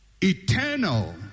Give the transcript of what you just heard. Eternal